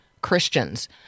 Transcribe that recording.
Christians